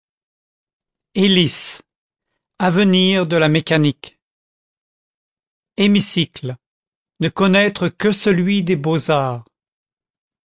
hélice avenir de la mécanique hémicycle ne connaître que celui des beaux-arts